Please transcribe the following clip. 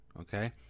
okay